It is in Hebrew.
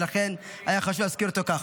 ולכן היה חשוב לי להזכיר אותו כך.